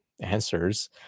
answers